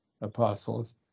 apostles